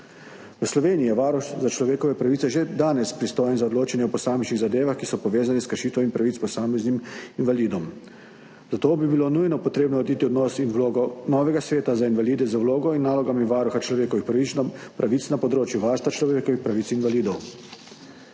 V Sloveniji je Varuh človekovih pravic že danes pristojen za odločanje o posamičnih zadevah, ki so povezane s kršitvami pravic posameznim invalidom, zato bi bilo nujno potrebno urediti odnos in vlogo novega sveta za invalide z vlogo in nalogami Varuha človekovih pravic na področju varstva človekovih pravic invalidov.